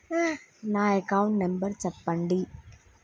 నా account number చెప్పండి?